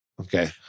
Okay